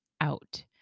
out